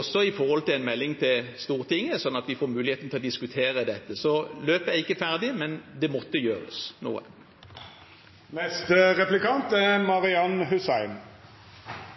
også med hensyn til en melding til Stortinget, sånn at vi får muligheten til å diskutere dette. Så løpet er ikke ferdig, men det måtte gjøres